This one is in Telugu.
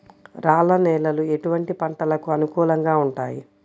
రాళ్ల నేలలు ఎటువంటి పంటలకు అనుకూలంగా ఉంటాయి?